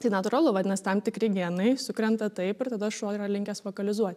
tai natūralu vadinas tam tikri genai sukrenta taip ir tada šuo yra linkęs vokalizuot